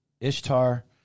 Ishtar